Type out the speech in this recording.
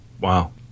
Wow